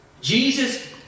Jesus